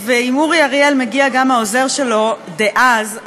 עם אורי אריאל מגיע גם העוזר שלו דאז,